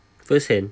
first hand